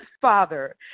father